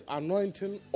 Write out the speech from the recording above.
anointing